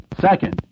Second